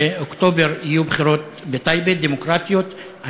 באוקטובר יהיו בחירות דמוקרטיות בטייבה,